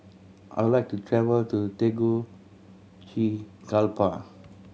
I would like to travel to Tegucigalpa